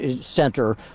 center